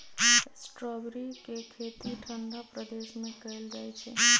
strawberry के खेती ठंडा प्रदेश में कएल जाइ छइ